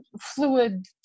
fluid